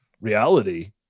reality